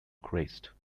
christ